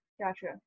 Gotcha